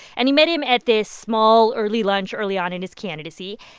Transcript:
and he met him at this small, early lunch early on in his candidacy.